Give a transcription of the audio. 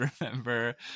remember